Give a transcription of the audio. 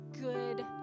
good